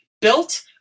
built